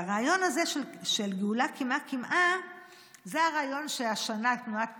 והרעיון הזה של גאולה קמעה-קמעה זה הרעיון שהשנה תנועת